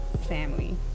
family